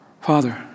Father